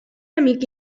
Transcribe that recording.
amic